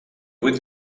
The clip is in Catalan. vuit